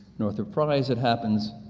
northrop frye, as it happens,